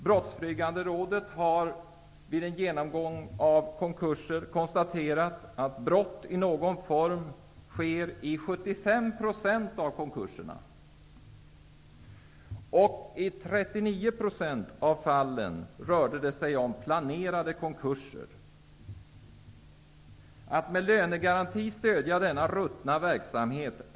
Brottsförebyggande rådet har, vid en genomgång av konkurser, konstaterat att vid 75 % av konkurserna har brott i någon form skett. I 39 % av fallen rörde det sig om planerade konkurser. Det är oanständigt av regeringen att med en lönegaranti stödja denna ruttna verksamhet.